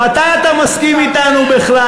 מתי אתה מסכים אתנו בכלל?